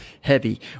heavy